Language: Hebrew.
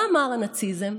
מה אמר הנאציזם?